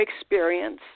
experience